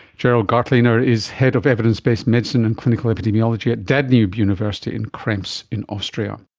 gerald gartlehner is head of evidence-based medicine and clinical epidemiology at danube university in krems in austria